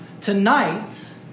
Tonight